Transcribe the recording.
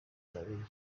kizami